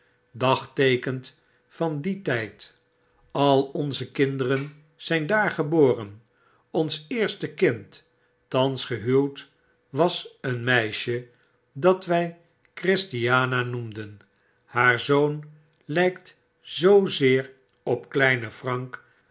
dagteekent van dien tijd al onze kinderen zijn daarin geboren ons eerste kind thans gehuwd was een rceisje dat wij christiana noemden haar zoon lijkt zoozeer op kleine frank